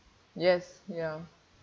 yes ya